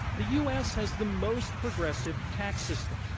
the u. s. has the most progressive tax system.